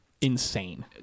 Insane